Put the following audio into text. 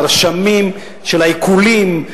רשמים של העיקולים,